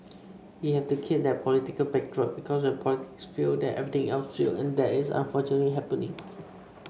we have to keep that political backdrop because when politics fails then everything else fails and that is unfortunately happening